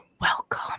welcome